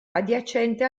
adiacente